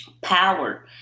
power